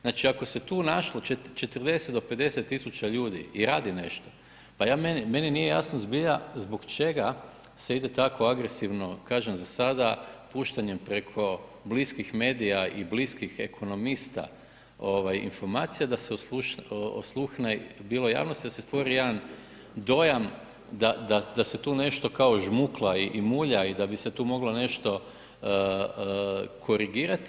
Znači, ako se tu našlo 40 do 50.000 ljudi i radi nešto, pa meni nije jasno zbilja zbog čega se ide tako agresivno, kažem za sada puštanjem preko bliskih medija i bliskih ekonomista informacija da se osluhne bilo javnosti, da se stvori jedan dojam da se tu nešto kao žmukla i mulja i da bi se tu moglo nešto korigirati.